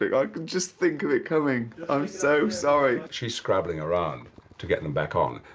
like i could just think of it coming. i'm so sorry. she's scrabbling around to get them back on,